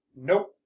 Nope